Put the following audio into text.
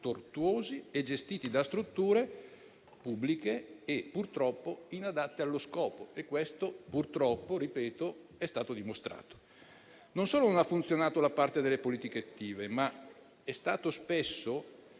tortuosi e gestiti da strutture pubbliche e purtroppo inadatte allo scopo. Questo, purtroppo, è stato dimostrato. Non solo non ha funzionato la parte delle politiche attive, ma è stato spesso